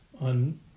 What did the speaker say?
on